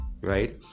right